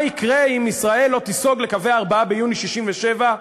מה יקרה אם ישראל לא תיסוג לקווי 4 ביוני 67'